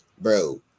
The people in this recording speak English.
bro